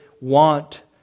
want